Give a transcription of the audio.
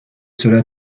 cela